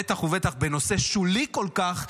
בטח ובטח בנושא שולי כל כך,